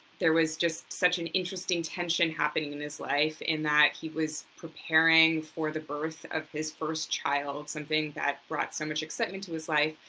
there was just such an interesting tension happening in his life in that he was preparing for the birth of his first child, something that brought so much excitement to his life,